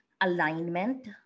alignment